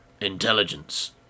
Intelligence